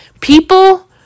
People